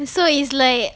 so it's like